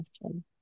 question